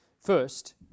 first